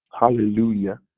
Hallelujah